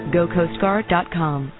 GoCoastGuard.com